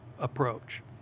approach